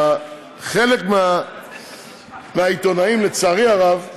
חלק מהעיתונאים, לצערי הרב,